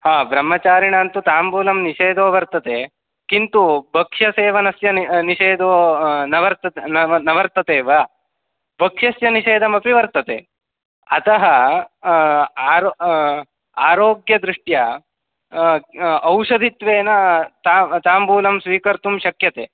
हा ब्रह्मचारिणां तु ताम्बूलं निषेधो वर्तते किन्तु भक्षसेवनस्य नि निषेधो न वर्तत न वर्तते वा भक्ष्यस्य निषेधमपि वर्तते अतः आरो आरोग्यदृष्ट्या औषधित्वेन ताम् ताम्बूलं स्वीकर्तुं शक्यते